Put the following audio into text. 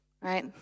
right